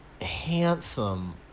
handsome